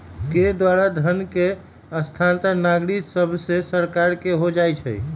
के द्वारा धन के स्थानांतरण नागरिक सभसे सरकार के हो जाइ छइ